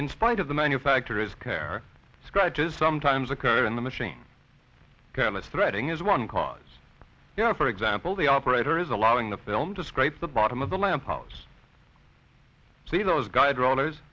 in spite of the manufactories care scratches sometimes occur in the machine careless threading is one cause here for example the operator is allowing the film to scrape the bottom of the lamp house see those guide rollers